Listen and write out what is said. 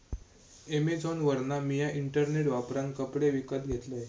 अॅमेझॉनवरना मिया इंटरनेट वापरान कपडे विकत घेतलंय